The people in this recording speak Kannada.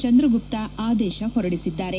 ಚಂದ್ರಗುಪ್ತ ಆದೇಶ ಹೊರಡಿಸಿದ್ದಾರೆ